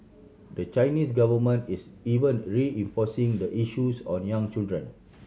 the Chinese government is even reinforcing the issues on young children